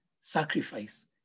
sacrifice